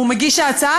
הוא מגיש ההצעה,